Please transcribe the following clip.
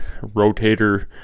rotator